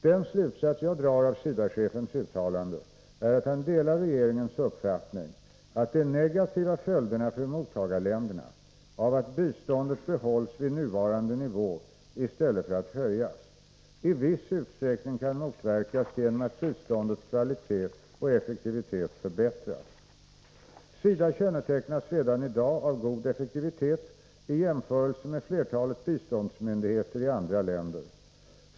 Den slutsats jag drar av SIDA-chefens uttalande är att han delar regeringens uppfattning att de negativa följderna för mottagarländerna av att biståndet behålls vid nuvarande nivå — i stället för att höjas — i viss utsträckning kan motverkas genom att biståndets kvalitet och effektivitet förbättras. SIDA kännetecknas redan i dag av god effektivitet i jämförelse med flertalet biståndsmyndigheter i andra länder.